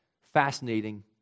fascinating